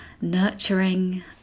nurturing